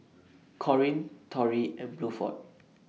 Corrine Torey and Bluford